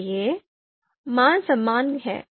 इसलिए मान समान हैं